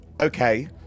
okay